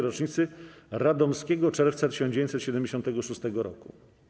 rocznicy Radomskiego Czerwca 1976 roku.